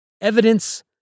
Evidence